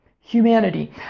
humanity